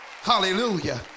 Hallelujah